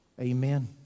Amen